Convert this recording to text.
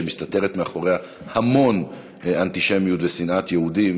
שמסתתרת מאחוריה המון אנטישמיות ושנאת יהודים,